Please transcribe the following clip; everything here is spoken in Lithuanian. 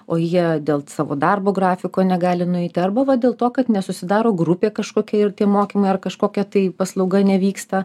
o jie dėl savo darbo grafiko negali nueiti arba va dėl to kad nesusidaro grupė kažkokia ir tie mokymai ar kažkokia tai paslauga nevyksta